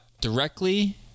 directly